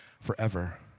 forever